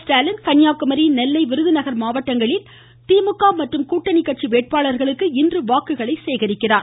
ஸ்டாலின் கன்னியாகுமரி நெல்லை விருதுநகர் மாவட்டங்களில் திமுக மற்றும் கூட்டணி கட்சி வேட்பாளர்களுக்கு இன்று வாக்குகளை சேரிக்கிறார்